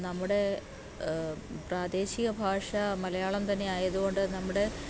നമ്മുടെ പ്രാദേശിക ഭാഷ മലയാളം തന്നെ ആയതുകൊണ്ട് നമ്മുടെ